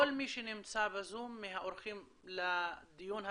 כל מי שנמצא בזום מהאורחים לדיון הראשון,